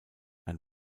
ein